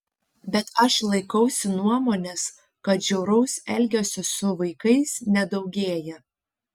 bet aš laikausi nuomonės kad žiauraus elgesio su vaikais nedaugėja